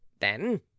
Then